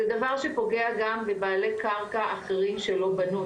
זה דבר שפוגע גם בבעלי קרקע אחרים שלא בנו,